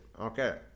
Okay